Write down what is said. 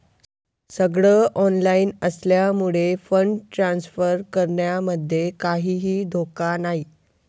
सगळ ऑनलाइन असल्यामुळे fund transfer करण्यामध्ये काहीही धोका नाही